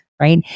right